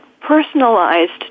personalized